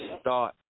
start